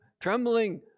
trembling